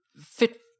fit